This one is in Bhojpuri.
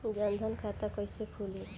जनधन खाता कइसे खुली?